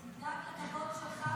תדאג לכבוד שלך ושל הסיעה שלך.